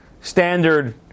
standard